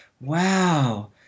wow